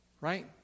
right